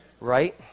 Right